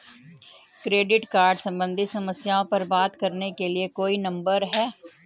Credit card सम्बंधित समस्याओं पर बात करने के लिए कोई नंबर है?